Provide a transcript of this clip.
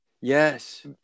yes